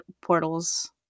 portals